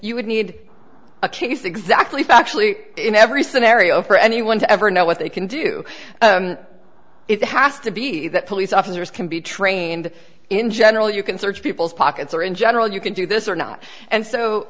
you would need a case exactly factually in every scenario for anyone to ever know what they can do it has to be that police officers can be trained in general you can search people's pockets or in general you can do this or not and so